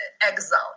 exile